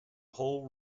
whole